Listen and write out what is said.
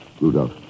Rudolph